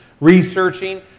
researching